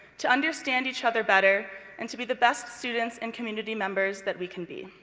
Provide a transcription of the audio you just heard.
to understand each other better, and to be the best students and community members that we can be.